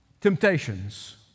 temptations